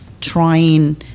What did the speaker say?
trying